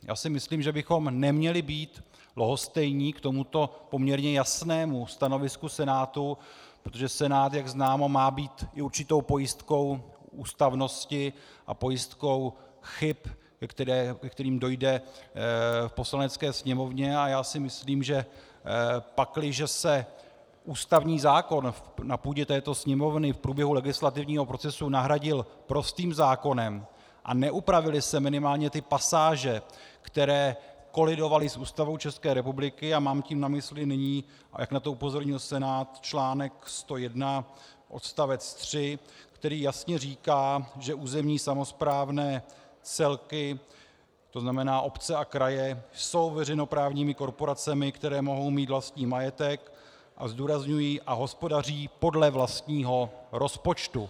Já si myslím, že bychom neměli být lhostejní k tomuto poměrně jasnému stanovisku Senátu, protože Senát, jak známo, má být i určitou pojistkou ústavnosti a pojistkou chyb, ke kterým dojde v Poslanecké sněmovně, a já si myslím, že pakliže se ústavní zákon na půdě této Sněmovny v průběhu legislativního procesu nahradil prostým zákonem a neupravily se minimálně ty pasáže, které kolidovaly s Ústavou ČR, a mám tím na mysli nyní, a jak na to upozornil Senát, článek 101 odst. 3, který jasně říká, že územní samosprávné celky, to znamená obce a kraje, jsou veřejnoprávními korporacemi, které mohou mít vlastní majetek a zdůrazňuji hospodaří podle vlastního rozpočtu.